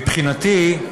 מבחינתי,